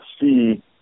see –